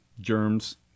germs